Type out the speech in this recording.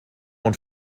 und